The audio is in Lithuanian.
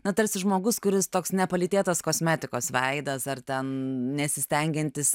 na tarsi žmogus kuris toks nepalytėtas kosmetikos veidas ar ten nesistengiantis